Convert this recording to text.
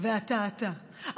ואתה אתה,